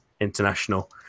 international